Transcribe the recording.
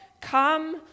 Come